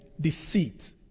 deceit